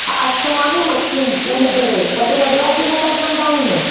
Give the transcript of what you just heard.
हा अच्छो आहे नी मशरूम फूल जहिड़ो वॾो वॾो आहे कि सभु नंढा आहिनि